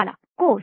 Bala course